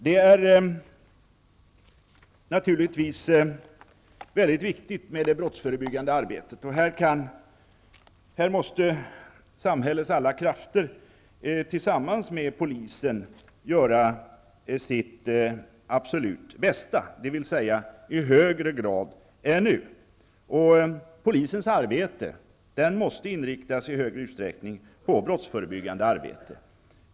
Det brottsförebyggande arbetet är naturligtvis mycket viktigt, och här måste samhällets alla krafter tillsammans med polisen göra sitt absolut bästa, dvs. i högre grad än nu. Polisens arbete måste i större utsträckning inriktas på brottsförebyggande arbete.